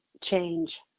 change